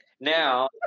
now